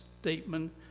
statement